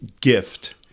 gift